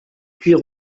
cuire